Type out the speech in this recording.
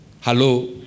Hello